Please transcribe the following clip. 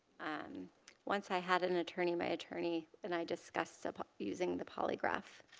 um once i had an attorney, my attorney and i discussed so but using the polygraph.